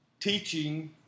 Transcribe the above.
teaching